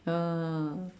uh